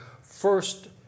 first